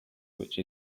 which